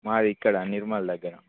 మాది ఇక్కడ నిర్మల్ దగ్గర